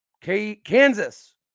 Kansas